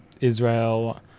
Israel